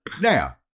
Now